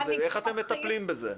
איך אתם מטפלים בזה?